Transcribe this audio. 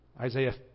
Isaiah